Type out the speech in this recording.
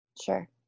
Sure